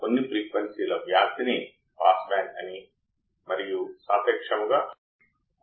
కాబట్టి V V కంటే ఎక్కువగా ఉంటే అప్పుడు అవుట్పుట్ సానుకూలంగా ఉంటుంది